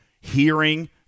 hearing